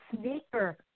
sneaker